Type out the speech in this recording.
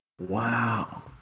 Wow